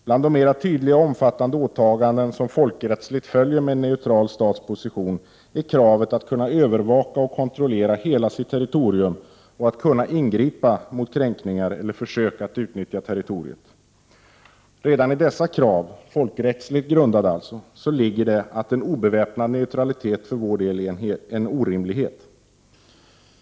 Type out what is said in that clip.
Bland de mera tydliga och omfattande åtaganden som folkrättsligt följer med en neutral stats position är kravet att staten skall kunna övervaka och kontrollera hela sitt territorium och kunna ingripa mot kränkningar eller försök att utnyttja territoriet. Redan i dessa folkrättsligt grundande krav ligger att en obeväpnad neutralitet för vår del är en orimlighet.